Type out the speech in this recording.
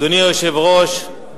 אדוני היושב-ראש,